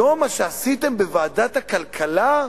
היום מה שעשיתם בוועדת הכלכלה,